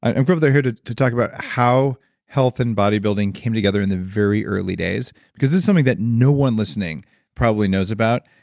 i brought you here to to talk about how health and bodybuilding came together in the very early days because this is something that no one listening probably knows about.